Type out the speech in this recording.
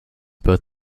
both